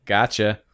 Gotcha